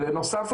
בנוסף,